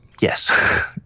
Yes